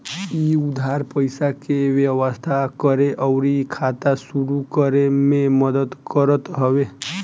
इ उधार पईसा के व्यवस्था करे अउरी खाता शुरू करे में मदद करत हवे